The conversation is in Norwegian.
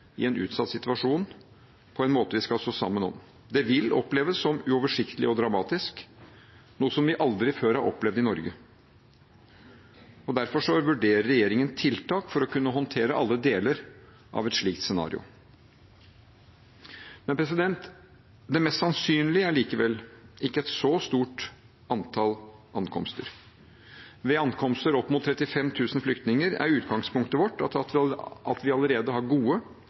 i en utsatt situasjon, på en måte vi skal stå sammen om. Det vil oppleves som uoversiktlig og dramatisk – som noe vi aldri før har opplevd i Norge. Derfor vurderer regjeringen tiltak for å kunne håndtere alle deler av et slikt scenario. Det mest sannsynlige er likevel ikke et så stort antall ankomster. Ved ankomster opp mot 35 000 flyktninger er utgangspunktet vårt at vi allerede har gode, etablerte ordninger for mottak og bosetting av flyktninger. Likevel må vi